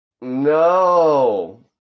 No